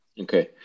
Okay